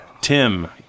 Tim